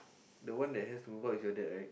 the one that has to move out is your dad right